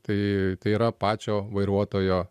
tai tai yra pačio vairuotojo